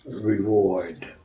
reward